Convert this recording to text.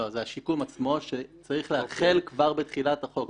לא, זה השיקום עצמו שצריך להחל כבר בתחילת החוק.